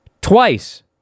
Twice